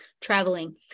traveling